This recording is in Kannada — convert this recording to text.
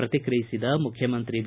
ಪ್ರತಿಕ್ರಿಯಿಸಿದ ಮುಖ್ಯಮಂತ್ರಿ ಬಿ